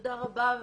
תודה רבה.